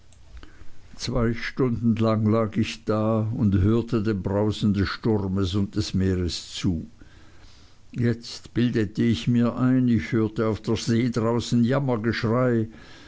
zwei stunden lang lag ich da und hörte dem brausen des sturmes und des meeres zu jetzt bildete ich mir ein ich hörte auf der see draußen